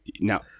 Now